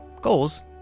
goals